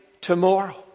tomorrow